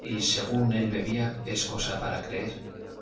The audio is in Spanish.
y según él bebía es cosa para creer